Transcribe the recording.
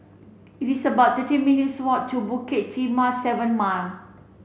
it is about thirty minutes' walk to Bukit Timah Seven Mile